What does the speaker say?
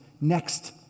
next